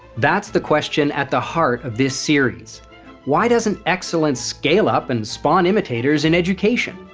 that's the question at the heart of this series why doesn't excellence scale up and spawn imitators in education,